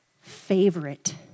favorite